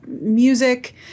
music